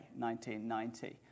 1990